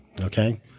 Okay